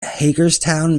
hagerstown